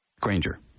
Granger